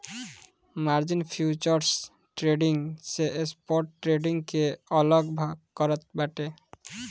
margin futures trading से spot trading के अलग करत बाटे